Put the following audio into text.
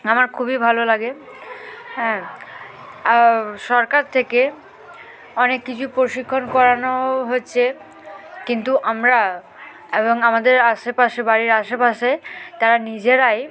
আমার খুবই ভালো লাগে হ্যাঁ সরকার থেকে অনেক কিছু প্রশিক্ষণ করানো হচ্ছে কিন্তু আমরা এবং আমাদের আশেপাশে বাড়ির আশেপাশে তারা নিজেরাই